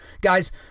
Guys